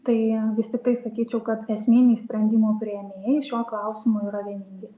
tai vis tik tai sakyčiau kad esminiai sprendimų priėmėjai šiuo klausimu yra vieningi